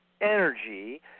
energy